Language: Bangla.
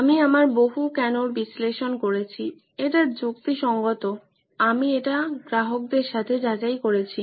আমি আমার বহু কেনোর বিশ্লেষণ করেছি এটা যুক্তিসংগত আমি এটা গ্রাহকদের সাথে যাচাই করেছি